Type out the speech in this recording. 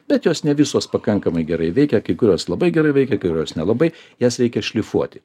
bet jos ne visos pakankamai gerai veikia kai kurios labai gerai veikia kai kurios nelabai jas reikia šlifuoti